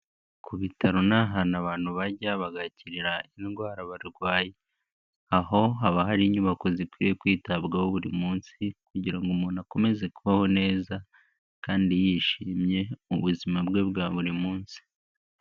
Ku bitaro ni ahantu abantu bajya bagakirarira indwara barwaye, aho haba hari inyubako zikwiye kwitabwaho buri munsi, kugira ngo umuntu akomeze kubaho neza kandi yishimye mu buzima bwe bwa buri munsi.